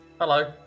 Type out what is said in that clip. Hello